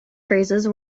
phrases